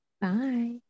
Bye